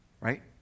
Right